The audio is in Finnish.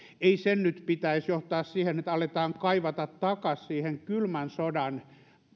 ei sen nyt pitäisi johtaa siihen että aletaan kaivata takaisin siihen kylmän sodan